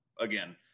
again